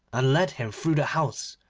and led him through the house,